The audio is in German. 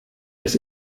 des